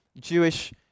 Jewish